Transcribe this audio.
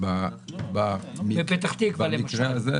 בפתח תקווה למשל.